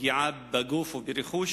פגיעה בגוף וברכוש,